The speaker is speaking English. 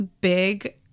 Big